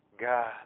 God